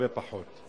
הרבה פחות.